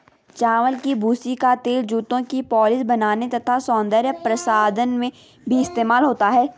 चावल की भूसी का तेल जूतों की पॉलिश बनाने तथा सौंदर्य प्रसाधन में भी इस्तेमाल होता है